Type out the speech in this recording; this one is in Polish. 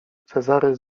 cezary